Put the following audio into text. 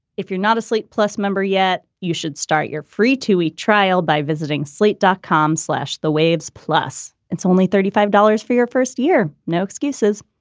if you're not a slate plus member yet, you should start your free two week trial by visiting slate dot com, slash the waves. plus, it's only thirty five dollars for your first year. no excuses.